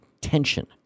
tension